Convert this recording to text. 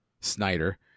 Snyder